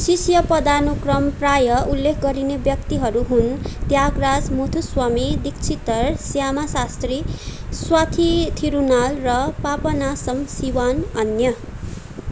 शिष्य पदानुक्रम प्राय उल्लेख गरिने व्यक्तिहरू हुन् त्यागराज मुथुस्वामी दीक्षितर श्यामा शास्त्री स्वाथि थिरुनाल र पापनासम सिवान अन्य